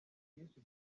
bwinshi